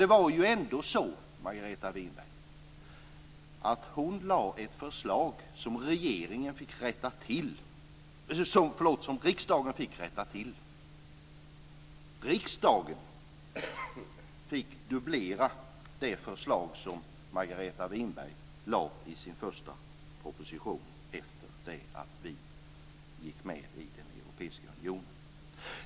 Det var ju ändå så att Margareta Winberg lade fram ett förslag som riksdagen fick rätta till. Winberg lade fram i sin första proposition efter det att vi gick med i den europeiska unionen.